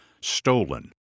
stolen